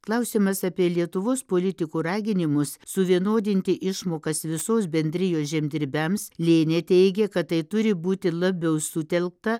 klausiamas apie lietuvos politikų raginimus suvienodinti išmokas visos bendrijos žemdirbiams lėnė teigė kad tai turi būti labiau sutelkta